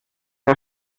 der